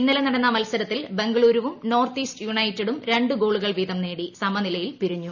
ഇന്നലെ നടന്ന മത്സരത്തിൽ ബംഗളുരുവും നോർത്ത് ഈസ്റ്റ് യുണൈറ്റഡും രണ്ട് ഗോളുകൾ വീതം നേടി സമനിലയിൽ പിരിഞ്ഞു